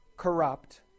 corrupt